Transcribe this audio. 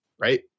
right